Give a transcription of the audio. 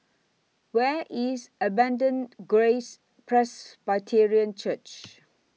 Where IS Abundant Grace Presbyterian Church